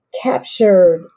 captured